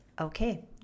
okay